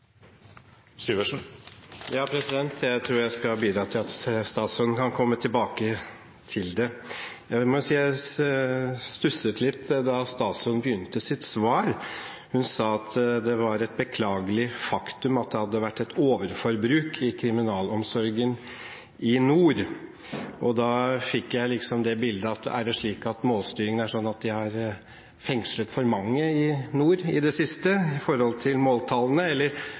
Jeg tror jeg skal bidra til at statsråden kan komme tilbake til det. Jeg må si at jeg stusset litt da statsråden begynte på sitt svar. Hun sa at det var et beklagelig faktum at det hadde vært et overforbruk i kriminalomsorgen i nord. Da fikk jeg liksom det bilde at målstyringen er slik at de har fengslet for mange i nord i det siste i forhold til måltallene. Eller